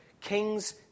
Kings